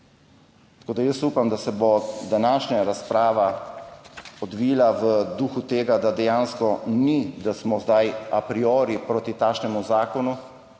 Tako da jaz upam, da se bo današnja razprava odvila v duhu tega, da dejansko ni, da smo zdaj a priori proti takšnemu zakonu